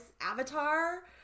avatar